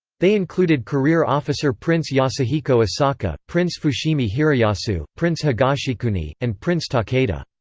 they included career officer prince yasuhiko asaka, prince fushimi hiroyasu, prince higashikuni, and prince takeda.